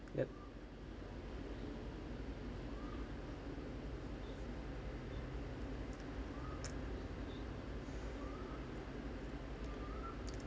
yup